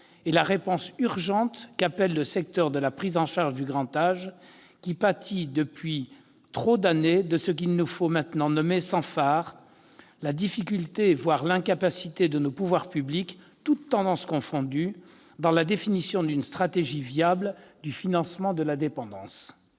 et la réponse urgente qu'appelle le secteur de la prise en charge du grand âge, qui pâtit depuis trop d'années de ce qu'il nous faut maintenant nommer sans fard la difficulté, voire l'incapacité de nos pouvoirs publics, toutes tendances confondues, à définir une stratégie viable du financement de la dépendance.